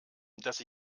dass